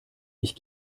ich